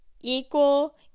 equal